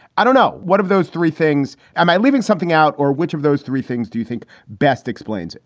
i don't know what of those three things. am i leaving something out or which of those three things do you think best explains?